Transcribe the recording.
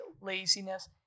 laziness